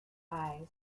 eyes